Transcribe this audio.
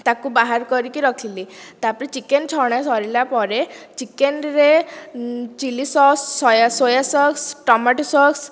ତାକୁ ବାହାର କରିକି ରଖିଲି ତାପରେ ଚିକେନ୍ ଛଣା ସରିଲା ପରେ ଚିକେନରେ chilli sauce soya soya sauce tomato sauce